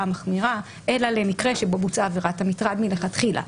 המחמירה אלא למקרה שבו בוצעה עבירת המטרד מלכתחילה?